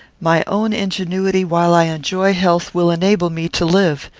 my own ingenuity, while i enjoy health, will enable me to live.